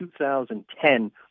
2010